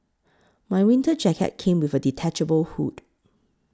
my winter jacket came with a detachable hood